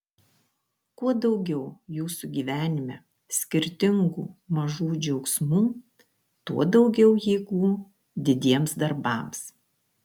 kuo daugiau jūsų gyvenime skirtingų mažų džiaugsmų tuo daugiau jėgų didiems darbams